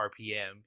rpm